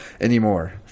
anymore